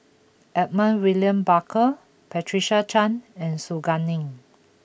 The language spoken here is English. Edmund William Barker Patricia Chan and Su Guaning